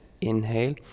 inhale